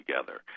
together